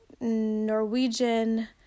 Norwegian